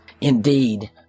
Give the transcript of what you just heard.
Indeed